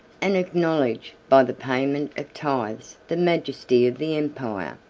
and acknowledged, by the payment of tithes the majesty of the empire.